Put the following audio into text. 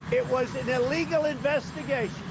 it was an illegal investigation.